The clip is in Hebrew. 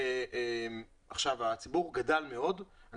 הציבור גדל מאוד.